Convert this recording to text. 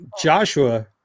Joshua